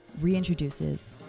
reintroduces